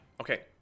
okay